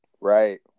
right